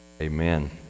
Amen